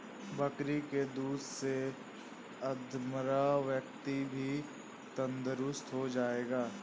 बकरी के दूध से अधमरा व्यक्ति भी तंदुरुस्त हो जाएगा